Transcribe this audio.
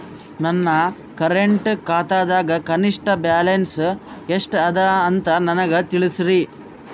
ನನ್ನ ಕರೆಂಟ್ ಖಾತಾದಾಗ ಕನಿಷ್ಠ ಬ್ಯಾಲೆನ್ಸ್ ಎಷ್ಟು ಅದ ಅಂತ ನನಗ ತಿಳಸ್ರಿ